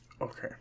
Okay